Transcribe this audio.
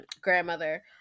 grandmother